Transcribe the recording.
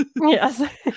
Yes